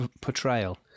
portrayal